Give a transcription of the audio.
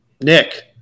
Nick